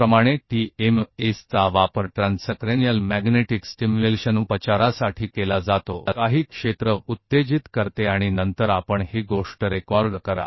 इसलिए टीएमएस जैसा कि मैंने कहा ट्रांसक्रैनीअल चुंबकीय उत्तेजना उपचार के लिए उपयोग किया जाता है यह मस्तिष्क के कुछ क्षेत्र को भी उत्तेजित करता है और फिर आप इस चीज को रिकॉर्ड करते हैं